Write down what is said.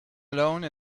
alone